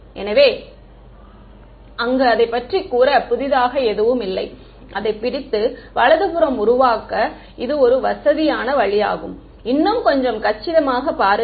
எனவே அங்கு அதைப் பற்றி கூற புதிதாக எதுவும் இல்லை அதைப் பிடித்து வலது புறம் உருவாக்க இது ஒரு வசதியான வழியாகும் இன்னும் கொஞ்சம் கச்சிதமாக பாருங்கள்